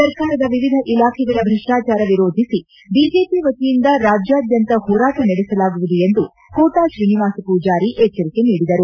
ಸರ್ಕಾರದ ವಿವಿಧ ಇಲಾಖೆಗಳ ಭ್ರಷ್ನಾಚಾರ ವಿರೋಧಿಸಿ ಬಿಜೆಪಿ ವತಿಯಿಂದ ರಾಜ್ಯಾದ್ಯಂತ ಹೋರಾಟ ನಡೆಸಲಾಗುವುದು ಎಂದು ಕೋಟಾ ಶ್ರೀನಿವಾಸ ಪೂಜಾರಿ ಎಚ್ಚರಿಕೆ ನೀಡಿದರು